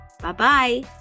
Bye-bye